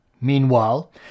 Meanwhile